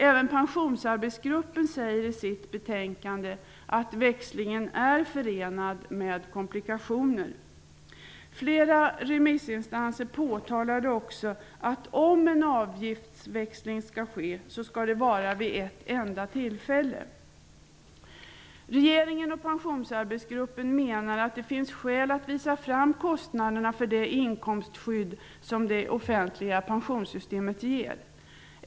Även Pensionsarbetsgruppen säger i sitt betänkande att växlingen är förenad med komplikationer. Flera remissinstanser påtalade också att om en avgiftsväxling skall ske så skall det vara vid ett enda tillfälle. Regeringen och Pensionsarbetsgruppen menar att det finns skäl att visa fram kostnaderna för det inkomstskydd som det offentliga pensionssystemet ger.